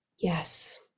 Yes